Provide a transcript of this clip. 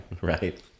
Right